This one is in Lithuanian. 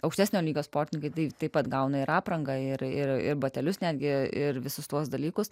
aukštesnio lygio sportininkai tai taip pat gauna ir aprangą ir ir batelius netgi ir visus tuos dalykus